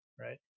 right